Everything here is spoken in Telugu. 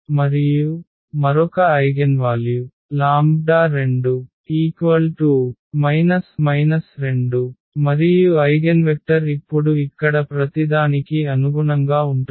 మరియు మరొక ఐగెన్వాల్యు 2 2 మరియు ఐగెన్వెక్టర్ ఇప్పుడు ఇక్కడ ప్రతిదానికి అనుగుణంగా ఉంటుంది